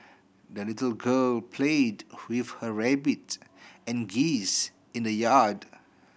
the little girl played with her rabbit and geese in the yard